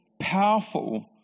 Powerful